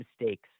mistakes